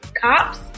cops